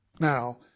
Now